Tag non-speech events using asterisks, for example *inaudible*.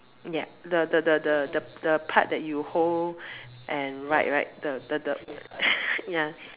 yup the the the the the the part that you hold and ride right the the the *laughs* ya